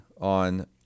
on